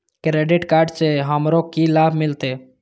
Credit card से हमरो की लाभ मिलते?